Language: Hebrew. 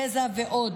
גזע ועוד.